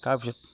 তাৰপিছত